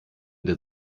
der